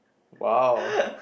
!wow!